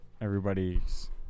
everybody's